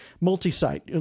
multi-site